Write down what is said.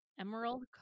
Emerald